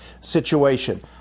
situation